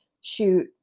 shoot